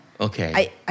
Okay